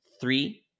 Three